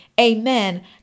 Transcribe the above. Amen